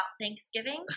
Thanksgiving